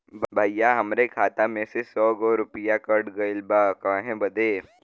भईया हमरे खाता में से सौ गो रूपया कट गईल बा काहे बदे?